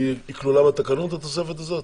היא כלולה בתקנות התוספת הזאת?